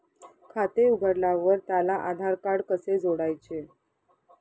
खाते उघडल्यावर त्याला आधारकार्ड कसे जोडायचे?